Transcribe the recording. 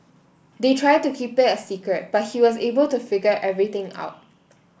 they tried to keep it a secret but he was able to figure everything out